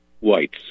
whites